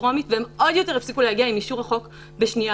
ופורסם בינואר 2019. החוק צפוי להיכנס לתוקף ב-10 ביולי